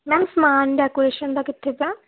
ma'am ਸਮਾਨ decoration ਦਾ ਕਿੱਥੇ ਪਿਆ